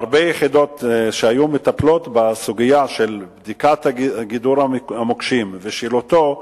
הרבה יחידות שהיו מטפלות בסוגיה של בדיקת גידור המוקשים ושילוטו,